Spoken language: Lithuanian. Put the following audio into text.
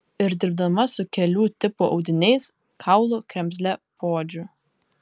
ir dirbama su kelių tipų audiniais kaulu kremzle poodžiu